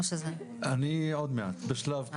אני עוד מעט, בשלב יותר מאוחר.